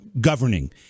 governing